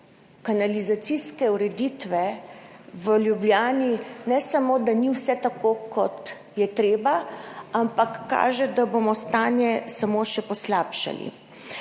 kanalizacijske ureditve v Ljubljani ne samo, da ni vse tako, kot je treba, ampak tudi kaže, da bomo stanje samo še poslabšali.